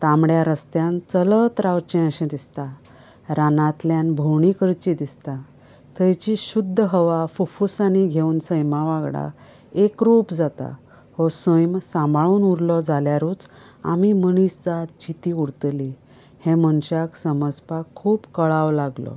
तांबड्या रस्त्यांत चलत रावचें अशें दिसता रानांतल्यान भोवंडी करची दिसता थंयची शुध्द हवा फुफ्फुसांनी घेवन सैमा वांगडा एकरूप जाता हो सैम सांबाळून उरलो जाल्यारूच आमी मनीस जात जिती उरतली हें मनशाक समजपाक खूब कळाव लागलो